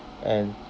and